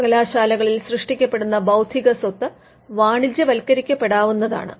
സർവകലാശാലകളിൽ സൃഷ്ടിക്കപ്പെടുന്ന ബൌദ്ധിക സ്വത്ത് വാണിജ്യവത്കരിക്കപ്പെടാവുന്നതാണ്